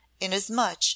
Inasmuch